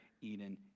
Eden